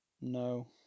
No